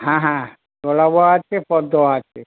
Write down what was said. হ্যাঁ হ্যাঁ গোলাপ ও আছে পদ্মও আছে